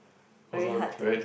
very hard to ya